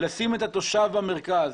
לשים את התושב במרכז